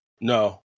No